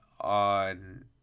on